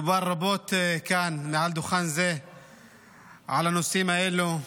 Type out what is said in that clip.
דובר רבות כאן מעל דוכן זה על הנושאים האלה,